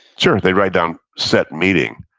sure, they write down set meeting.